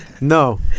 No